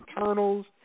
Eternals